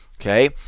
Okay